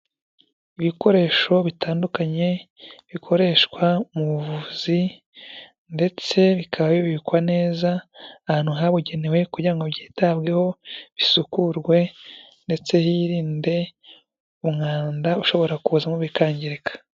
Ibikoresho bitandukanye bikoreshwa mu buvuzi, ndetse bikaba bibikwa neza ahantu habugenewe kugirango byitabweho bisukurwe ndetse hirinde umwanda ushobora kuzamo bikangirika.